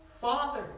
Father